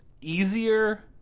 easier